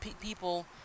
people